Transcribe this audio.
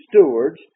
stewards